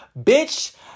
Bitch